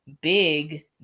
big